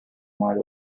mal